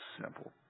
simple